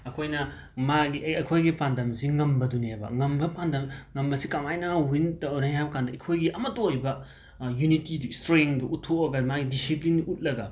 ꯑꯈꯣꯏꯅ ꯃꯥꯒꯤ ꯑꯩꯈꯣꯏꯒꯤ ꯄꯥꯟꯗꯝꯁꯤ ꯉꯝꯕꯗꯨꯅꯦꯕ ꯉꯝꯕ ꯄꯥꯟꯗꯝ ꯉꯝꯕꯁꯤ ꯀꯃꯥꯏꯅ ꯋꯤꯟ ꯇꯧꯅꯤ ꯍꯥꯏꯕ ꯀꯥꯟꯗ ꯑꯩꯈꯣꯏꯒꯤ ꯑꯃꯠꯇ ꯑꯣꯏꯕ ꯌꯨꯅꯤꯇꯤꯗꯣ ꯏꯁꯇ꯭ꯔꯦꯡꯗꯣ ꯎꯊꯣꯑꯒ ꯃꯥꯒꯤ ꯗꯤꯁꯤꯄ꯭ꯂꯤꯟ ꯎꯠꯂꯒ